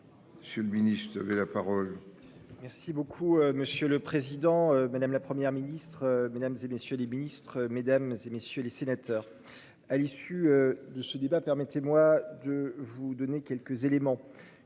Monsieur le ministre de la parole.-- Merci beaucoup monsieur le président, madame, la Première ministre, mesdames et messieurs les Ministres mesdames et messieurs les sénateurs. À l'issue de ce débat, permettez-moi de vous donner quelques éléments